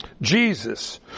Jesus